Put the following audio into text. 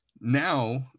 Now